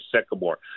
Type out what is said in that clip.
Sycamore